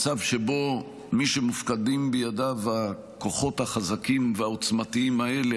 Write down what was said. מצב שבו מי שמופקדים בידיו הכוחות החזקים והעוצמתיים האלה,